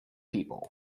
people